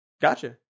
gotcha